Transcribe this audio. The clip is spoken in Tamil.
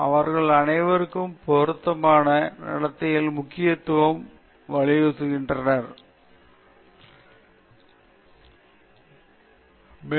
அவர்கள் அனைவரும் பொறுப்பான நடத்தையின் முக்கியத்துவத்தை வலியுறுத்துகின்றனர் மேலும் சம்பந்தப்பட்ட ஆராய்ச்சியாளர்களிடமிருந்து பொறுப்பான நடத்தையின் பல்வேறு அம்சங்கள்